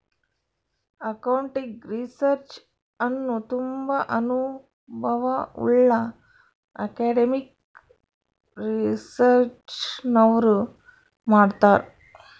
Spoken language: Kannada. ಅಕೌಂಟಿಂಗ್ ರಿಸರ್ಚ್ ಅನ್ನು ತುಂಬಾ ಅನುಭವವುಳ್ಳ ಅಕಾಡೆಮಿಕ್ ರಿಸರ್ಚ್ನವರು ಮಾಡ್ತರ್